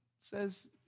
says